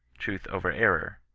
truth over error,